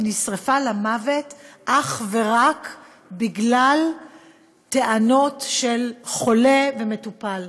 היא נשרפה למוות אך ורק בגלל טענות של חולה ומטופל.